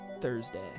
Thursday